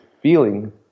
feeling